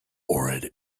ohrid